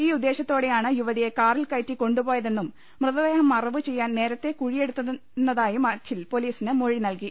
ഈ ഉദ്ദേശ്യത്തോടെയാണ് യുവതിയെ കാറിൽക യറ്റി കൊണ്ടുപോയതെന്നും മൃതദേഹം മറവുചെയ്യാൻ നേരത്തെ കുഴി യെടുത്തിരുന്നതായും അഖിൽ പൊലീസിന് മൊഴി നൽകി